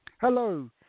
Hello